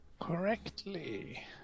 correctly